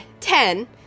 ten